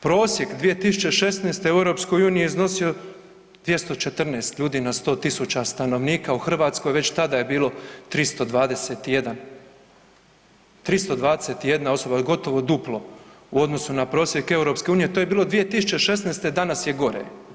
Prosjek 2016. u EU je iznosio 214 ljudi na 100.000 stanovnika, u Hrvatskoj već tada je bilo 321, 321 osoba, gotovo duplo u odnosu na prosjek EU, to je bilo 2016., danas je gore.